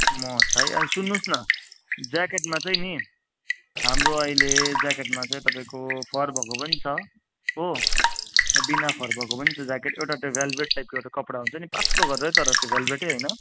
मोजा है अनि सुन्नुहोस् न ज्याकेटमा चाहिँ नि हाम्रो अहिले ज्याकेटमा चाहिँ तपाईँको फर भएको पनि छ हो बिना फर भएको पनि छ ज्याकेट एउटा त भेलभेट टाइपको एउटा कपडा हुन्छ नि पात्लो गरेर तर त्यो भेलभेटै हैन